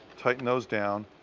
tighten those down.